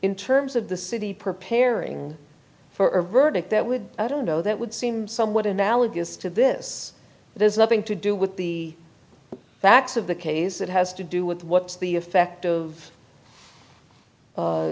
in terms of the city preparing for a verdict that would i don't know that would seem somewhat analogous to this there's nothing to do with the facts of the case it has to do with what's the effect